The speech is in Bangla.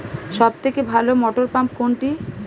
সবথেকে ভালো মটরপাম্প কোনটি?